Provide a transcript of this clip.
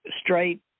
straight